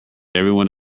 everyone